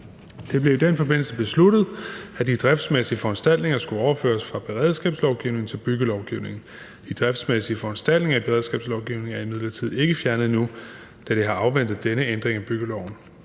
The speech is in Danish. Det blev i den forbindelse besluttet, at de driftsmæssige foranstaltninger skulle overføres fra beredskabslovgivningen til byggelovgivningen. De driftsmæssige foranstaltninger i beredskabslovgivningen er imidlertid ikke fjernet endnu, da det har afventet denne ændring af byggeloven.